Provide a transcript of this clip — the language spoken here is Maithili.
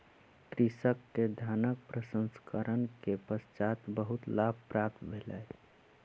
कृषक के धानक प्रसंस्करण के पश्चात बहुत लाभ प्राप्त भेलै